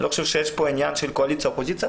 אני לא חושב שיש פה עניין של קואליציה, אופוזיציה.